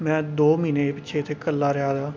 में दो म्हीने पिच्छें इत्थै कल्ला रेहा